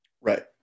Right